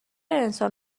انسان